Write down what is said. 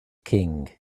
king